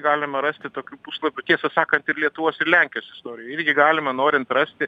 galima rasti tokių puslapių tiesą sakant ir lietuvos ir lenkijos istorijoj irgi galima norint rasti